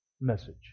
message